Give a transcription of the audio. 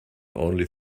only